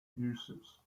uses